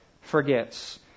forgets